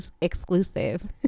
exclusive